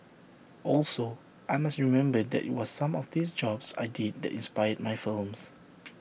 also I must remember that IT was some of these jobs I did that inspired my films